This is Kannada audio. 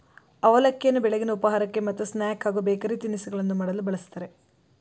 ಅವಲಕ್ಕಿಯನ್ನು ಬೆಳಗಿನ ಉಪಹಾರಕ್ಕೆ ಮತ್ತು ಸ್ನಾಕ್ಸ್ ಹಾಗೂ ಬೇಕರಿ ತಿನಿಸುಗಳನ್ನು ಮಾಡಲು ಬಳ್ಸತ್ತರೆ